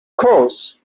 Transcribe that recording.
course